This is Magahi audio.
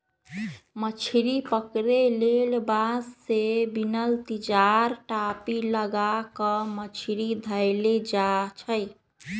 मछरी पकरे लेल बांस से बिनल तिजार, टापि, लगा क मछरी धयले जाइ छइ